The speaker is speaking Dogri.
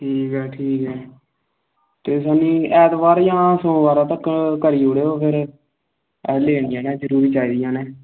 ठीक ऐ ठीक ऐ ऐतवार जां सोमवार तगर करी ओड़ो फिर असें लैनियां न जरूर चाही दियां न